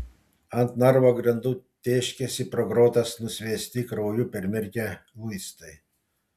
ant narvo grindų tėškėsi pro grotas nusviesti krauju permirkę luistai